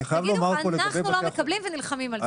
תגידו: אנחנו לא מקבלים ונלחמים על זה.